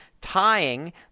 tying